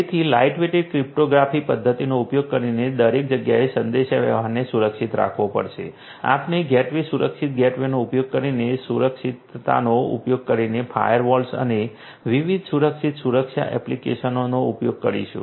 તેથી lightweight cryptographic પદ્ધતિઓનો ઉપયોગ કરીને દરેક જગ્યાએ સંદેશાવ્યવહારને સુરક્ષિત રાખવો પડશે આપણે ગેટવે સુરક્ષિત ગેટવેનો ઉપયોગ કરીને સુરક્ષિતતાનો ઉપયોગ કરીને ફાયરવોલ્સ અને વિવિધ સુરક્ષિત સુરક્ષા એપ્લિકેશનનો ઉપયોગ કરીશું